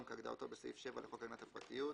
כהגדרתו בסעיף 7 לחוק הגנת הפרטיות,"